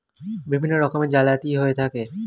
বিভিন্ন রকমের জালিয়াতি হয়ে থাকে